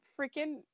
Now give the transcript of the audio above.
freaking